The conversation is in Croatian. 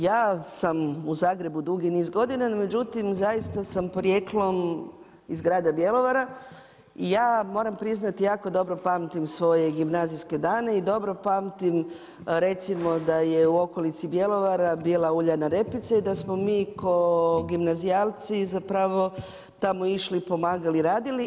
Ja sam u Zagrebu dugi niz godina, no međutim zaista sam porijeklom iz grada Bjelovara i ja moram priznati, jako dobro pamtim svoje gimnazijske dane i dobro pamtim, recimo da je u okolici Bjelovara bila uljana repica i da smo mi ko gimnazijalci zapravo išli pomagali, radili.